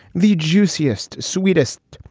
the juiciest, sweetest,